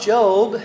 Job